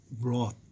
brought